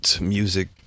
music